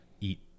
eat